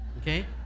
okay